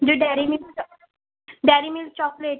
मुझे Dairy Milk Dairy Milk chocolate